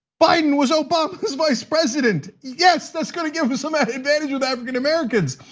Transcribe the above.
biden was obama's vice president. yes, that's gonna give him some advantage with african-americans.